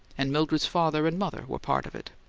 and mildred's father and mother were part of it.